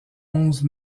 onze